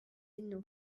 eno